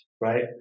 right